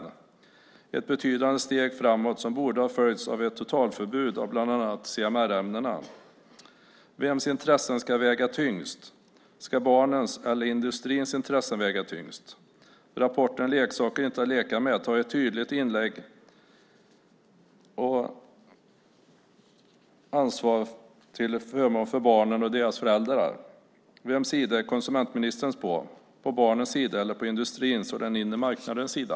Det är ett betydande steg framåt som borde ha följts av ett totalförbud av bland annat CMR-ämnena. Vems intressen ska väga tyngst? Ska barnens eller industrins intressen väga tyngst? I rapporten Leksaker - att inte leka med tas ett tydligt ansvar till förmån för barnen och deras föräldrar. Vems sida är konsumentministern på, på barnens sida eller på industrins och den inre marknadens sida?